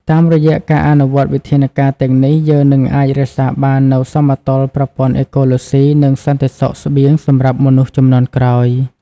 តាមរយៈការអនុវត្តវិធានការទាំងនេះ យើងនឹងអាចរក្សាបាននូវសមតុល្យប្រព័ន្ធអេកូឡូស៊ី និងសន្តិសុខស្បៀងសម្រាប់មនុស្សជំនាន់ក្រោយ។